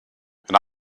and